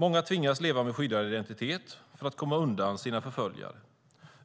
Många tvingas leva med skyddad identitet för att komma undan sina förföljare.